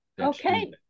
Okay